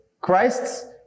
Christ's